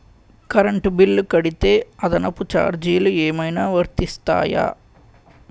Current bill కడితే అదనపు ఛార్జీలు ఏమైనా వర్తిస్తాయా?